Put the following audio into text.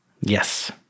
Yes